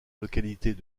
localités